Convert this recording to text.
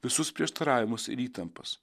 visus prieštaravimus ir įtampas